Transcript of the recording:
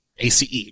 ACE